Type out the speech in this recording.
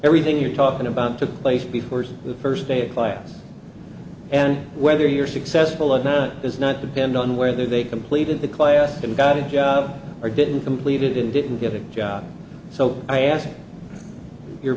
everything you're talking about took place before the first day of class and whether you're successful or not is not depend on whether they completed the class and got a job or didn't completed and didn't get a job so i ask you